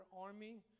army